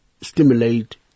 stimulate